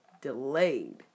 delayed